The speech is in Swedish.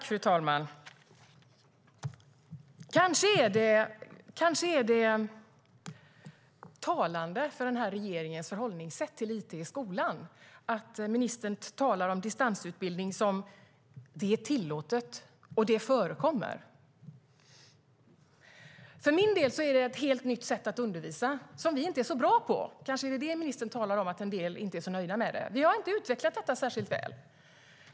Fru talman! Kanske är det talande för regeringens förhållningssätt till it i skolan att ministern talar om distansutbildning som något som är tillåtet och förekommer. För min del är det ett helt nytt sätt att undervisa som vi inte är så bra på. Det kanske är därför som ministern talar om att en del inte är så nöjda med det. Vi har inte utvecklat detta särskilt väl.